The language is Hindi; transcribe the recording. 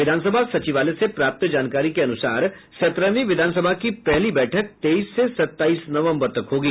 विधानसभा सचिवालय से प्राप्त जानकारी के अनुसार सत्रहवीं विधानसभा की पहली बैठक तेईस से सत्ताईस नवम्बर तक होगी